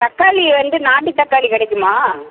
தக்காளி வந்து நாட்டுத் தக்காளி கெடைக்குமா